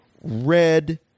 red